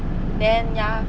then ya